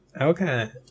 okay